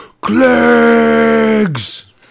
Cleggs